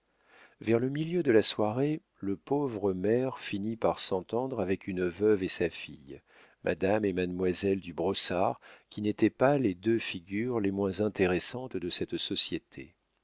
vers le milieu de la soirée le pauvre maire finit par s'entendre avec une veuve et sa fille madame et mademoiselle du brossard qui n'étaient pas les deux figures les moins intéressantes de cette société